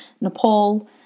Nepal